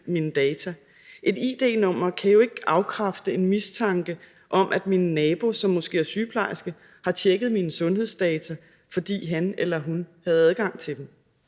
mine data. Et id-nummer kan jo ikke afkræfte en mistanke om, at min nabo, som måske er sygeplejerske, har tjekket mine sundhedsdata, fordi han eller hun havde adgang til dem.